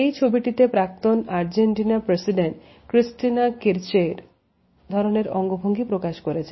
এই ছবিটিতে প্রাক্তন আর্জেন্টিনা প্রেসিডেন্টChristina Kirchneএ ধরনের অঙ্গভঙ্গি প্রকাশ করেছেন